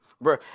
bro